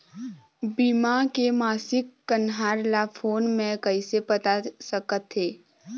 बीमा के मासिक कन्हार ला फ़ोन मे कइसे पता सकत ह?